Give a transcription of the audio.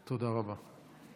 תודה רבה.